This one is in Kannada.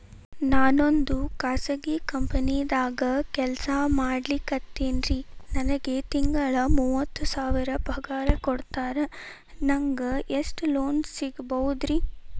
ನಾವೊಂದು ಖಾಸಗಿ ಕಂಪನಿದಾಗ ಕೆಲ್ಸ ಮಾಡ್ಲಿಕತ್ತಿನ್ರಿ, ನನಗೆ ತಿಂಗಳ ಮೂವತ್ತು ಸಾವಿರ ಪಗಾರ್ ಕೊಡ್ತಾರ, ನಂಗ್ ಎಷ್ಟು ಲೋನ್ ಸಿಗಬೋದ ರಿ?